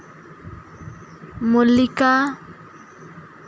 ᱢᱚᱞᱞᱤᱠᱟ